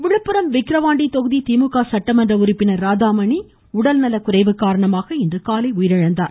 மறைவு விழுப்புரம் விக்கிவாண்டி தொகுதி திமுக சட்டமன்ற உறுப்பினர் ராதாமணி உடல்நலக்குறைவு காரணமான இன்றுகாலை உயிரிழந்தார்